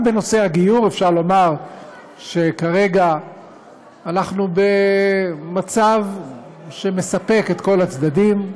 גם בנושא הגיור אפשר לומר שכרגע אנחנו במצב שמספק את כל הצדדים,